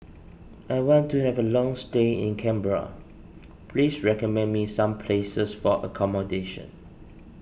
I want to have a long stay in Canberra please recommend me some places for accommodation